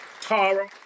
Tara